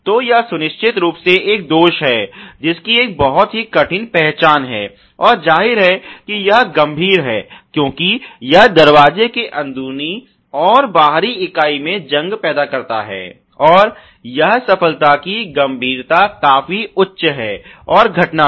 तो यह निश्चित रूप से एक दोष है जिसकी एक बहुत ही कठिन पहचान है और जाहिर है कि यह गंभीर है क्योंकि यह दरवाजे के अंदरूनी और बाहरी इकाईों में जंग पैदा करता है और यह समस्या की गंभीरता काफी उच्च है और घटना भी